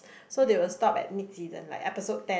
so they will stop at mid season like episode ten